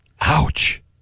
Ouch